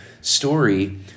story